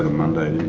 ah monday,